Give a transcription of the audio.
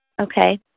Okay